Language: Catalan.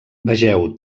vegeu